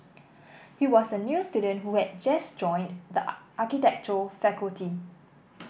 he was a new student who had just joined the architecture faculty